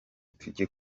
tugiye